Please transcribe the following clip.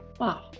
Wow